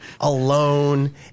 alone